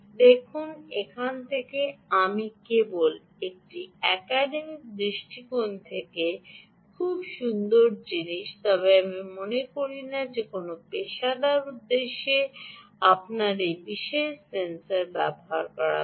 দেখুন এটি থেকে আমি বলব এটি একটি একাডেমিক দৃষ্টিকোণ থেকে খুব সুন্দর জিনিস তবে আমি মনে করি না যে কোনও পেশাদার উদ্দেশ্যে আপনার এই বিশেষ ডাল সেন্সর ব্যবহার করা উচিত